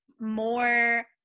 more